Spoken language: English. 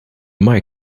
mic